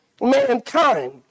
mankind